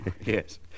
Yes